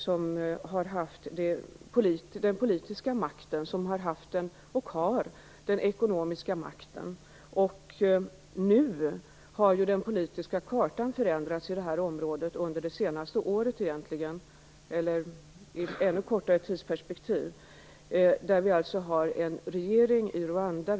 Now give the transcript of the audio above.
Den har haft den politiska och ekonomiska makten, och den har fortfarande den ekonomiska makten. Under det senaste året - egentligen i ett ännu kortare tidsperspektiv - har den politiska kartan förändrats i det här området.